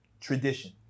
tradition